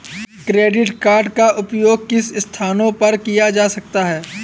Credit card का उपयोग किन स्थानों पर किया जा सकता है?